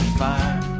fire